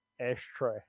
ashtray